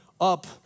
up